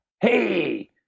Hey